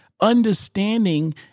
understanding